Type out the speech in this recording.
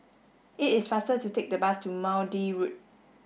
it is faster to take the bus to Maude Road